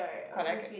quite like it